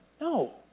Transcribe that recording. No